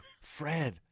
Fred